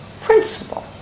principle